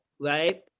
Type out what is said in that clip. right